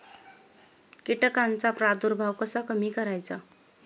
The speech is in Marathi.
कीटकांचा प्रादुर्भाव कसा कमी करायचा?